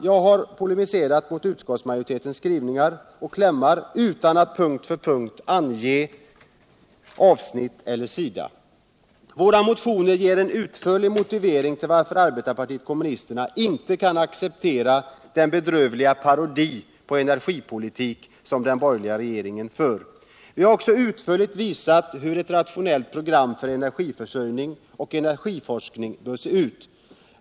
Jag har polemiserat mot utskottsmajoritetens skrivningar och kkimmar utan att punkt för punkt ange avsnitt eller sida. Våra motioner ger en utförlig motivering till varför arbetarpartiet kommunisterna inte kan acceptera den bedrövliga parodi på energipolitik som den borgerliga regeringen står för. Vi har också utförligt visat hur ett rationellt program för energiförsörjning och energiforskning bör se ut.